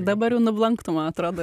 dabar jau nublanktų man atrodo